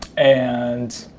and